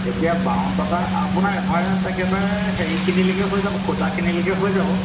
এতিয়া বাৱন টকা আপোনাৰ এভাৰেজ একেবাৰে সেইখিনিলৈকে হৈ যাব খুঁটাখিনিলৈকে হৈ যাব